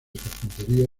carpintería